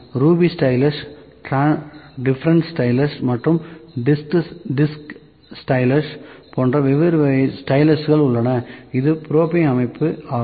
Ruby stylus difference stylus மற்றும் disc stylus போன்ற வெவ்வேறு ஸ்டைலஸ்கள் உள்ளன இது ப்ரோபிங் அமைப்பு ஆகும்